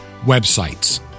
websites